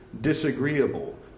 disagreeable